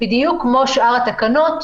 בדיוק כמו שאר התקנות,